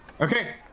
Okay